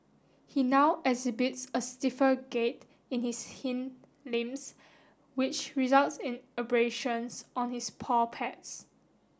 he now exhibits a stiffer gait in his hind limbs which results in abrasions on his paw pads